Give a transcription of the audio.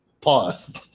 pause